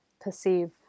perceive